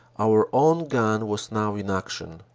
our own gun was now in action.